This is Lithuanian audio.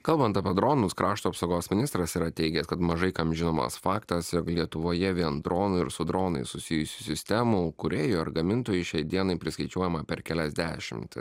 kalbant apie dronus krašto apsaugos ministras yra teigęs kad mažai kam žinomas faktas jog lietuvoje vien dronų ir su dronais susijusių sistemų kūrėjų ar gamintojų šiai dienai priskaičiuojama per keliasdešimt